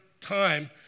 time